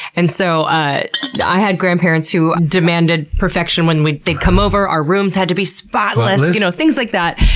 and so ah i had grandparents who demanded perfection when when they'd come over, our rooms had to be spotless, you know, things like that.